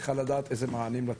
צריכה לדעת איזה מענים לתת,